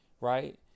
right